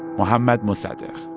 mohammad mossadegh